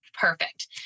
perfect